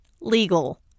legal